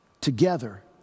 together